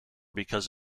because